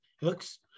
looks